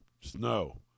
snow